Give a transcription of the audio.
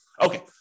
Okay